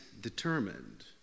determined